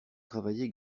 travaillé